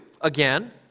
again